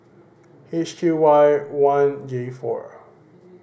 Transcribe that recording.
H Q Y one J four